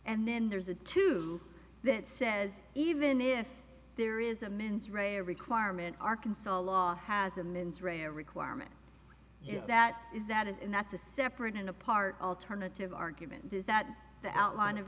and then there's a two that says even if there is a mens rea requirement arkansas law has a mens rea a requirement yes that is that and that's a separate and apart alternative argument is that the outline of